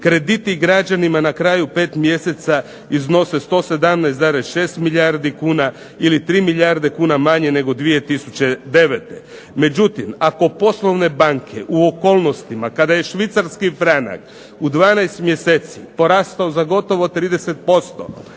Krediti građanima na kraju pet mjeseca iznose 117,6 milijardi kuna ili tri milijarde kuna manje nego 2009. Međutim, ako poslovne banke u okolnostima kada je Švicarski franak u 12 mjeseci porastao za gotovo 30%